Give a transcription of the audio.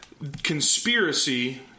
conspiracy